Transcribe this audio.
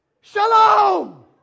Shalom